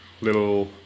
little